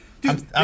Dude